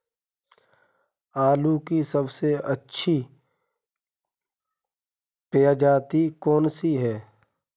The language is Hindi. आलू की सबसे अच्छी प्रजाति कौन सी है?